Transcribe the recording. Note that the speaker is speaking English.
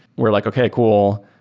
we're like, okay, cool.